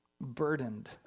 burdened